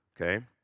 Okay